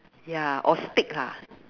ya or stick ah